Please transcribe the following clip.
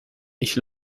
ich